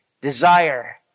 desire